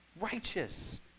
righteous